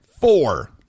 four